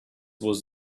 was